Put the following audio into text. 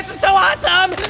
so awesome!